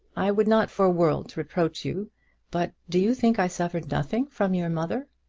i would not for worlds reproach you but do you think i suffered nothing from your mother?